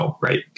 right